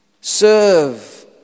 Serve